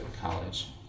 college